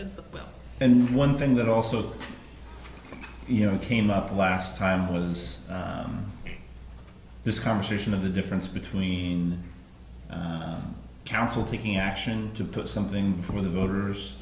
as well and one thing that also you know came up last time was this conversation of the difference between counsel taking action to put something for the voters